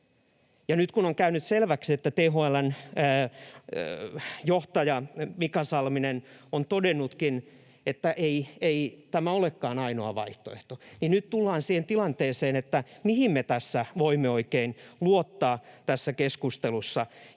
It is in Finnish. nyt kun on käynyt selväksi, että THL:n johtaja Mika Salminen on todennutkin, että ei tämä olekaan ainoa vaihtoehto, niin nyt tullaan siihen tilanteeseen, että mihin me voimme oikein luottaa tässä keskustelussa.